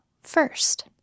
first